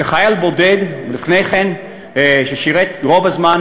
כחייל בודד, בעבר, ששירת רוב הזמן